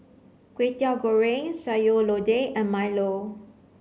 Kwetiau Goreng sayur lodeh and milo